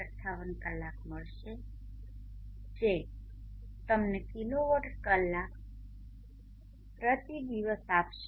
58 કલાક મળશે જે તમને કિલોવોટ કલાક પ્રતિ દિવસ આપશે